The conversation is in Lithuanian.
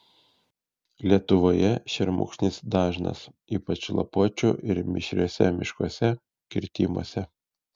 lietuvoje šermukšnis dažnas ypač lapuočių ir mišriuose miškuose kirtimuose